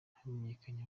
hamenyekanye